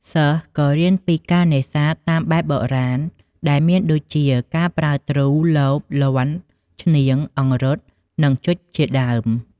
សិស្សក៏៏រៀនពីការនេសាទតាមបែបបុរាណដែលមានដូចជា ការប្រើទ្រូ លប លាន់ ឈ្នាង អង្រុត និង ជុចជាដើម។